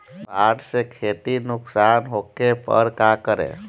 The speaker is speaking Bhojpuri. बाढ़ से खेती नुकसान होखे पर का करे?